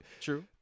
True